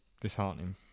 disheartening